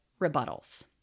rebuttals